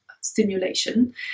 stimulation